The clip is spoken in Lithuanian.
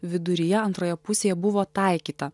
viduryje antroje pusėje buvo taikyta